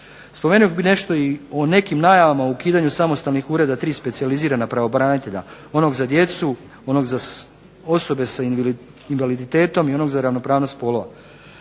Spomenuo bih nešto i o nekim najavama o ukidanju samostalnih ureda tri specijalizirana pravobranitelja, onog za djecu, onog za osobe s invaliditetom i onog za ravnopravnost spolova.